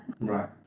Right